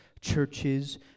churches